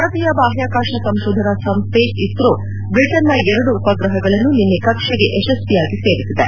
ಭಾರತೀಯ ಬಾಹ್ಯಾಕಾತ ಸಂಶೋಧನಾ ಸಂಶ್ವೆ ಇಸ್ತೋ ಬ್ರಿಟನ್ನ ಎರಡು ಉಪಗ್ರಹಗಳನ್ನು ನಿನ್ನೆ ಕಕ್ಷೆಗೆ ಯಶಸ್ವಿಯಾಗಿ ಸೇರಿಸಿದೆ